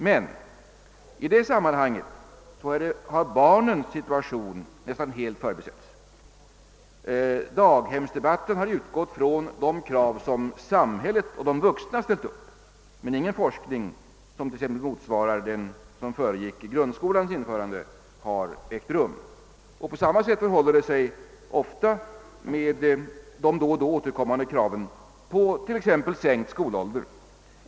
Men i det sammanhanget har barnens situation nästan helt förbisetts. Daghemsdebatten har utgått från de krav som samhället och de vuxna ställt upp, men ingen forskning som motsvarar den som föregick grundskolans genomförande har ägt rum. På samma sätt förhåller det sig med de då och då återkommande kraven på sänkt skolålder.